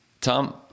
Tom